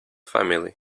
family